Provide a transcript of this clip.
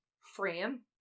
frame